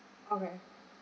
okay